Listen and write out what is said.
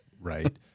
right